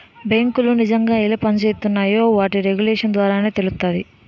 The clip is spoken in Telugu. బేంకులు నిజంగా ఎలా పనిజేత్తున్నాయో వాటి రెగ్యులేషన్స్ ద్వారానే తెలుత్తాది